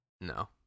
No